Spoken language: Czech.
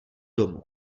domu